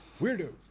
Weirdos